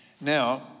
Now